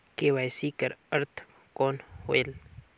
KYC कर अर्थ कौन होएल?